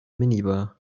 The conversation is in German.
minibar